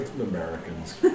Americans